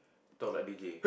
talk like D_J